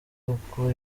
uku